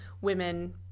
women